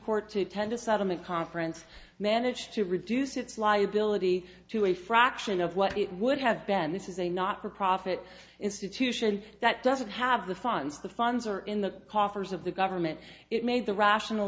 court to attend a settlement conference managed to reduce its liability to a fraction of what it would have been this is a not for profit institution that doesn't have the funds the funds are in the coffers of the government it made the rational